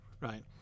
right